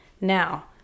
Now